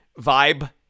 vibe